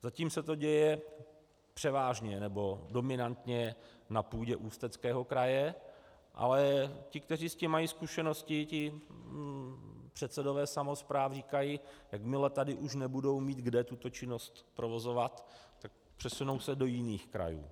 Zatím se to děje převážně nebo dominantně na půdě Ústeckého kraje, ale ti, kteří s tím mají zkušenosti, ti předsedové samospráv, říkají: Jakmile už tady nebudou mít kde tuto činnost provozovat, přesunou se do jiných krajů.